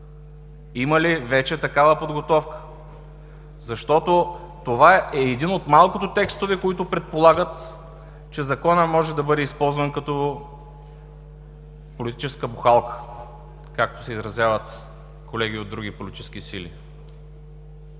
Има ли вече такава подготовка? Защото това е един от малкото текстове, които предполагат, че Законът може да бъде използват като „политическа бухалка“, както се изразяват колеги от други политически сили.